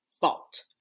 fault